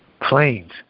Planes